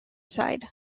side